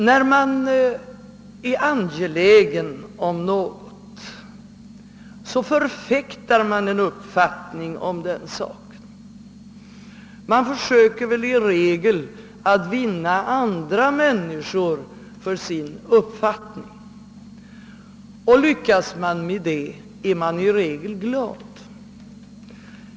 När man är angelägen om något, förfäktar man en uppfattning om den saken. Man försöker väl i regel att vinna andra människor för sin uppfattning och lyckas man med det är man i regel nöjd.